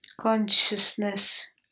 Consciousness